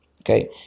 Okay